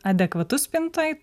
adekvatus spintoj